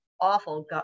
awful